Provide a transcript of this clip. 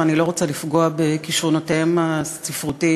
אני לא רוצה לפגוע בכישרונותיהם הספרותיים